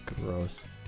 Gross